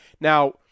Now